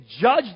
judge